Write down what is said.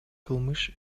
кылмыш